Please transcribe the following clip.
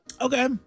okay